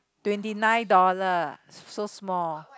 twenty dollar so small